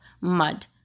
mud